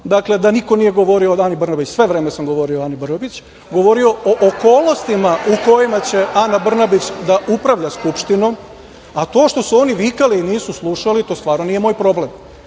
Dakle, da niko nije govorio o Ani Brnabić. Svo vreme sam govorio o Ani Brnabić, govorio o okolnostima u kojima će Ana Brnabić da upravlja Skupštinom, a to što su oni vikali nisu slušali, to stvarno nije moj problem.